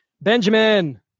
Benjamin